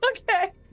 Okay